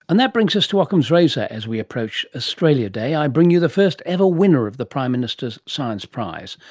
and that brings us to ockham's razor. as we approach australia day, i bring you the first ver winner of the prime minister's science prize,